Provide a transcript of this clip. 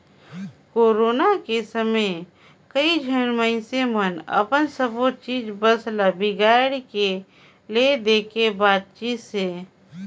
corona के समे कइझन मइनसे मन अपन सबो चीच बस ल बिगाड़ के ले देके बांचिसें